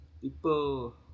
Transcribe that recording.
people